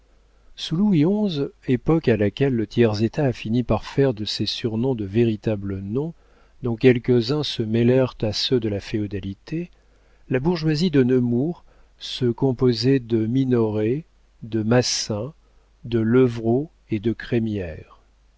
sous louis xi époque à laquelle le tiers-état a fini par faire de ses surnoms de véritables noms dont quelques-uns se mêlèrent à ceux de la féodalité la bourgeoisie de nemours se composait de minoret de massin de levrault et de crémière